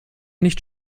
nicht